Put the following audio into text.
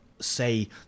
say